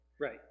right